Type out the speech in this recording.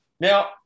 Now